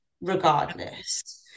regardless